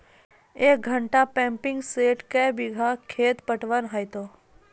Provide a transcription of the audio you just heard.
एक घंटा pumping set क्या बीघा खेत पटवन है तो?